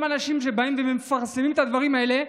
אנשים שבאים ומפרסמים את הדברים האלה.